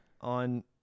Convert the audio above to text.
On